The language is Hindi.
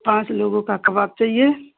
पाँच लोगों का कबाब चाहिए